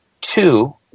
Two